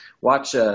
Watch